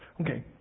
Okay